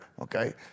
Okay